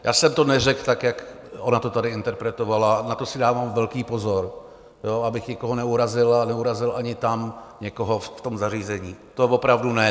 Já jsem to neřekl tak, jak ona to tady interpretovala, na to si dávám velký pozor, abych nikoho neurazil a neurazil ani tam někoho v tom zařízení, to opravdu ne.